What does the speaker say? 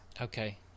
Okay